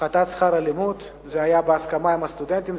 הפחתת שכר הלימוד זה היה בהסכמה עם הסטודנטים,